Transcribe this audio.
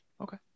Okay